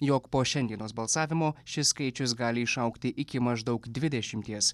jog po šiandienos balsavimo šis skaičius gali išaugti iki maždaug dvidešimties